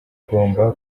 bagomba